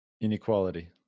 Inequality